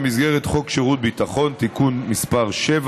במסגרת חוק שירות ביטחון (תיקון מס' 7